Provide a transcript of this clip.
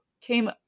came